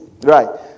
right